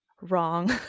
wrong